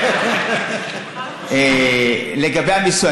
לגבי המיסוי,